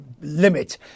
limit